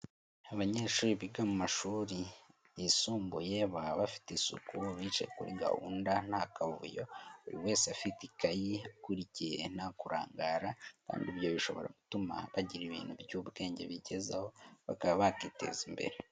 Abanyeshuri biga mu mashuri yisumbuye baba bafite isuku bicaye kuri gahunda nta kavuyo buri wese afite ikayi, akurikiye nta kurangara kandi ibyo bishobora gutuma bagira ibintu by'ubwenge bigezweho bakaba bakwiteza imbere.